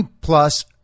plus